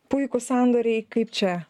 puikūs sandoriai kaip čia